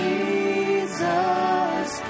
Jesus